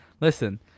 listen